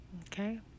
Okay